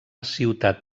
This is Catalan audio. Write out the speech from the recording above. ciutat